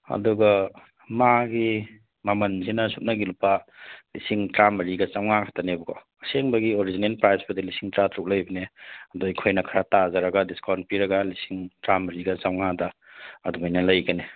ꯑꯗꯨꯒ ꯃꯥꯒꯤ ꯃꯃꯜꯁꯤꯅ ꯁꯨꯞꯅꯒꯤ ꯂꯨꯄꯥ ꯂꯤꯁꯤꯡ ꯇꯔꯥꯃꯔꯤꯒ ꯆꯥꯃꯉꯥ ꯈꯛꯇꯅꯦꯕꯀꯣ ꯑꯁꯦꯡꯕꯒꯤ ꯑꯣꯔꯤꯖꯤꯅꯦꯜ ꯄ꯭ꯔꯥꯏꯖꯇꯗꯤ ꯂꯤꯁꯤꯡ ꯇꯔꯥꯇꯔꯨꯛ ꯂꯩꯕꯅꯦ ꯑꯗꯣ ꯑꯩꯈꯣꯏꯅ ꯈꯔ ꯇꯥꯖꯔꯒ ꯗꯤꯁꯀꯥꯎꯟ ꯄꯤꯔꯒ ꯂꯤꯁꯤꯡ ꯇꯔꯥꯃꯔꯤꯒ ꯆꯥꯃꯉꯥꯗ ꯑꯗꯨꯃꯥꯏꯅ ꯂꯩꯒꯅꯤ